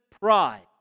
pride